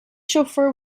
chauffeur